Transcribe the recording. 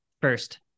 first